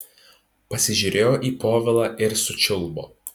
pasižiūrėjo į povilą ir sučiulbo